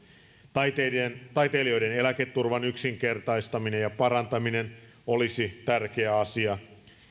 taiteilijoiden taiteilijoiden eläketurvan yksinkertaistaminen ja parantaminen olisi tärkeä asia